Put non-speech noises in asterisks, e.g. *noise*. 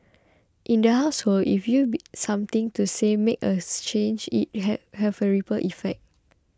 in the household if you be something to say make a *noise* change it had have a ripple effect